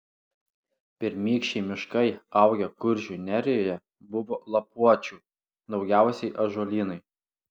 pirmykščiai miškai augę kuršių nerijoje buvo lapuočių daugiausiai ąžuolynai